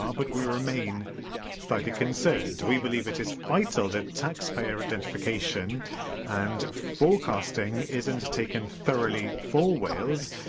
um but we remain slightly concerned. we believe it is vital that taxpayer identification and forecasting is undertaken thoroughly for wales,